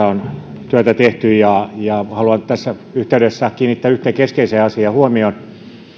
on työtä tehty ja ja haluan tässä yhteydessä kiinnittää huomion yhteen keskeiseen asiaan